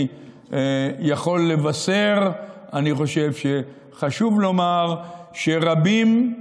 אני יכול לבשר: אני חושב שחשוב לומר שרבים,